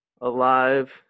alive